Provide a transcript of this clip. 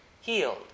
healed